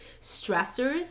stressors